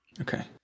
Okay